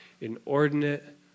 inordinate